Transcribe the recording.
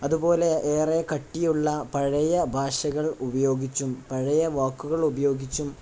അതുപോലെ ഏറെ കട്ടിയുള്ള പഴയ ഭാഷകൾ ഉപയോഗിച്ചും പഴയ വാക്കുകൾ ഉപയോഗിച്ചും